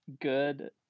good